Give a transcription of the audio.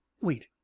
wait